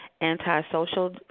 antisocial